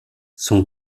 son